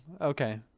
Okay